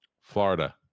Florida